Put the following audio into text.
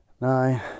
nine